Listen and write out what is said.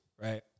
Right